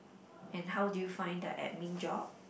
and how do you find the admin job